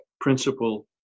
principle